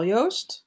Joost